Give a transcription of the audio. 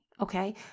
okay